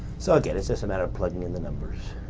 so again, it's just a matter of plugging in the numbers.